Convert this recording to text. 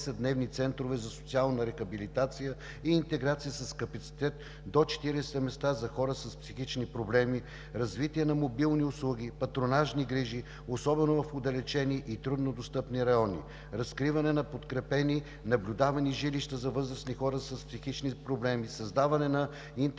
десетдневни центрове за социална рехабилитация и интеграция с капацитет до 40 места за хора с психични проблеми; развитие на мобилни услуги, патронажни грижи, особено в отдалечени и труднодостъпни райони; разкриване на подкрепени наблюдавани жилища за възрастни хора с психични проблеми; създаване на интердисциплинарни